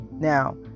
Now